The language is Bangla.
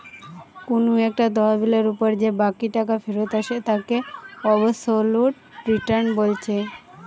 কুনু একটা তহবিলের উপর যে বাকি টাকা ফিরত আসে তাকে অবসোলুট রিটার্ন বলছে